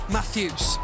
Matthews